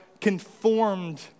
conformed